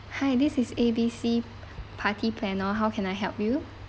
hi this is A_B_C party planner how can I help you